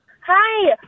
hi